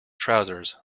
trousers